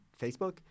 Facebook